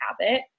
habit